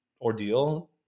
ordeal